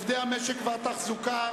לעובדי המשק והתחזוקה,